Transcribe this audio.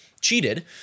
cheated